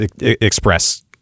express